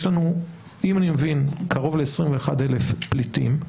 אם אני מבין שיש לנו קרוב ל-21,000 פליטים,